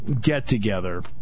get-together